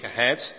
ahead